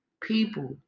people